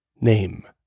Name